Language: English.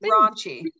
raunchy